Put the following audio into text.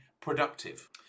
productive